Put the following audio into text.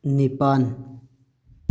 ꯅꯤꯄꯥꯟ